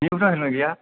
नोंनाबोथ' helmet गैया